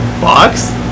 box